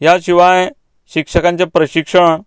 ह्या शिवाय शिक्षकांचें प्रक्षिशण